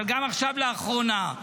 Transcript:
אבל גם עכשיו לאחרונה,